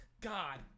God